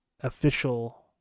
official